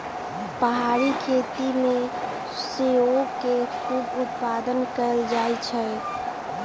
पहारी खेती में सेओ के खूब उत्पादन कएल जाइ छइ